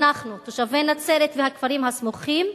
אנחנו תושבי נצרת והכפרים הסמוכים,